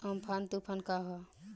Amphan तुफान का ह?